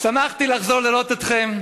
שמחתי לחזור לראות אתכם.